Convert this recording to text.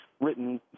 written